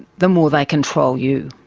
the more they control you,